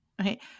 Okay